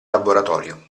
laboratorio